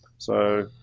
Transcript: so